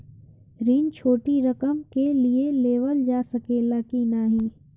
ऋण छोटी रकम के लिए लेवल जा सकेला की नाहीं?